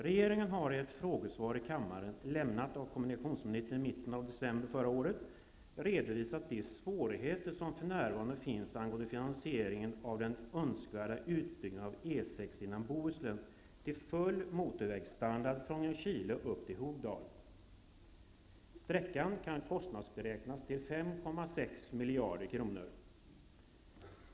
Regeringen har i ett frågesvar i kammaren, lämnat av kommunikationsministern i mitten av december förra året, redovisat de svårigheter som f.n. finns angående finansieringen av den önskvärda utbyggnaden av E 6 genom Bohuslän till full motorvägsstandard från Ljungskile upp till Hogdal. Sträckan kan kostnadsberäknas till ca 5,6 miljarder kronor.